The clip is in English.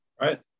Right